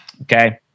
Okay